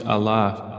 Allah